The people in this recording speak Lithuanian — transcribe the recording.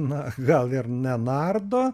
na gal ir nenardo